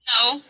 No